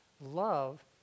Love